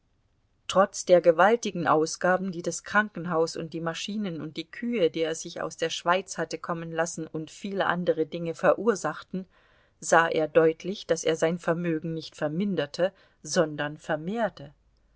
trotz der gewaltigen ausgaben die das krankenhaus und die maschinen und die kühe die er sich aus der schweiz hatte kommen lassen und viele andere dinge verursachten sah er deutlich daß er sein vermögen nicht verminderte sondern vermehrte